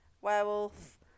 Werewolf